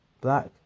black